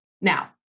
now